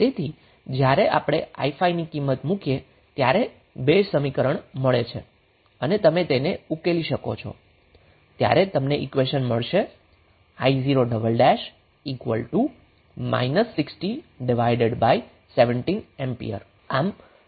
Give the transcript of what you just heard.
તેથી જ્યારે આપણે i5 ની કિંમત મુકીએ ત્યારે બે સમીકરણ મળે છે અને તમે તેને ઉકેલો છો ત્યારે તમને i0 6017A મળશે